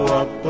up